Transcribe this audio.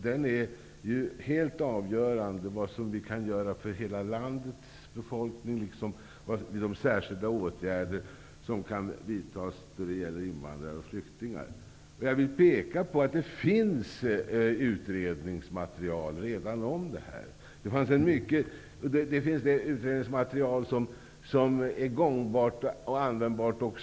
Det är helt avgörande dels vad vi kan göra för hela landets befolkning, dels vilka särskilda åtgärder vi kan vidta när det gäller invandrare och flyktingar. Jag vill peka på att det redan finns utredningsmaterial. Det finns utredningsmaterial som också är gångbart och användbart i dag.